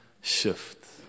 shift